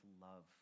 love